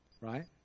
right